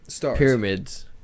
pyramids